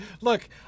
look